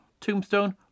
Tombstone